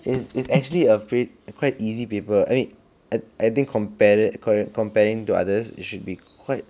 is it's actually a bit quite easy papar I mean I I think compare that correct comparing to others it should be quite